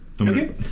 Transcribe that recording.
Okay